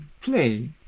play